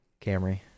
Camry